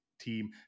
team